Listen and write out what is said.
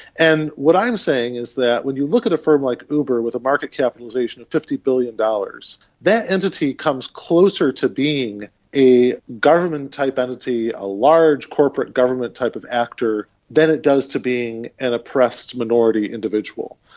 and what i'm saying is that when you look at a firm like uber with a market capitalisation of fifty billion dollars, that entity comes closer to being a government type entity, a large corporate government type of actor than it does to being an oppressed minority individual.